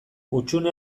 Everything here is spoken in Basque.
hutsune